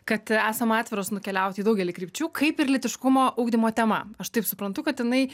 kad esam atviros nukeliauti į daugelį krypčių kaip ir lytiškumo ugdymo tema aš taip suprantu kad jinai